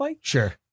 Sure